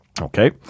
Okay